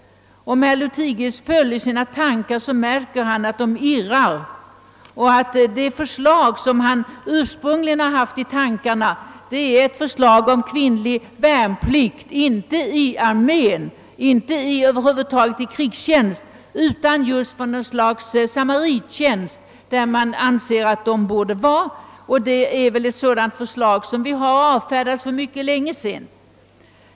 Om herr Lothigius försöker följa sina tankar, skall han märka hur de irrar. Det förslag som han ursprungligen haft i tankarna gäller kvinnlig värnplikt, inte i armén och inte i krigstjänst över huvud taget utan just för något slags samarittjänst. Det är ett sådant förslag som vi har avfärdat för mycket länge sedan.